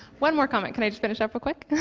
one more comment. can i just finish up real quick?